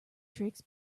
tricks